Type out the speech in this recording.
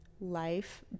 life